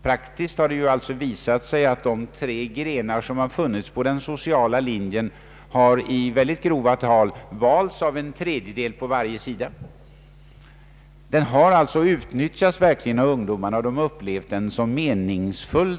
Praktiskt har det alltså visat sig att de tre grenar som funnits på den sociala linjen i mycket grova tal har valts av en tredjedel på varje sida. Denna valfrihet har sålunda verkligen utnyttjats av ungdomarna, de har upplevt den som meningsfull.